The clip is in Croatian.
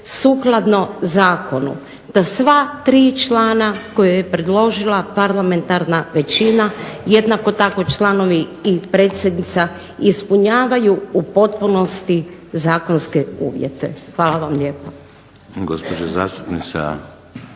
sukladno zakonu, da sva tri člana koje je predložila parlamentarna većina, jednako tako članovi i predsjednica ispunjavaju u potpunosti zakonske uvjete. Hvala vam lijepa.